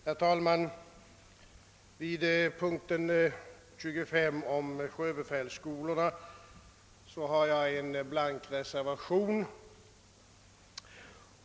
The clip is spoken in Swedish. Herr talman! Jag har vid punkten 25, om sjöbefälsskolorna, fogat en blank reservation.